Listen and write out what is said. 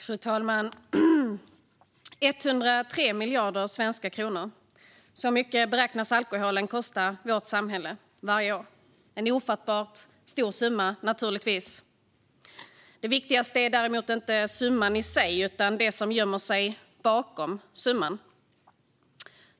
Fru talman! 103 miljarder svenska kronor - så mycket beräknas alkoholen kosta vårt samhälle varje år. Det är en ofattbart stor summa, naturligtvis. Det viktigaste är däremot inte summan i sig utan det som gömmer sig bakom summan.